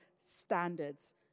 standards